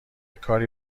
کاری